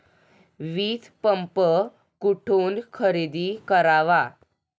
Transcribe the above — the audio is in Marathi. वीजपंप कुठून खरेदी करावा?